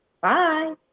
Bye